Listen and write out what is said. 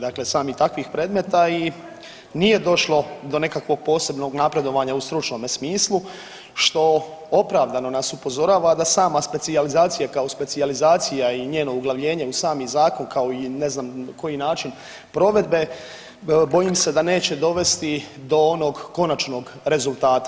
Dakle, samih takvih predmeta i nije došlo do nekakvog posebnog napredovanja u stručnome smislu što opravdano nas upozorava da sama specijalizacija kao specijalizacija i njeno uglavljenje u sami zakon kao i ne znam koji način provedbe bojim se da neće dovesti do onog konačnog rezultata.